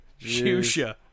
Shusha